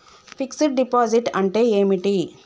Fix డ్ deposit అంటే ఏమిటి?